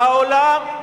והעולם, אלקין,